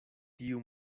tiu